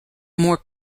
more